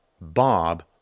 Bob